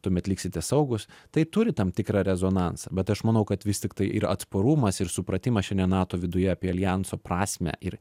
tuomet liksite saugūs tai turi tam tikrą rezonansą bet aš manau kad vis tiktai ir atsparumas ir supratimas čia ne nato viduje apie aljanso prasmę ir